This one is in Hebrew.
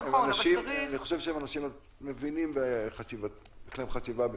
אני חושב שהם אנשים מבינים ויש להם חשיבה,